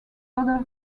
others